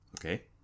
Okay